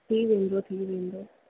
थी वेंदो थी वेंदो